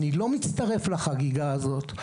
אני לא מצטרף לחגיגה הזאת,